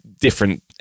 different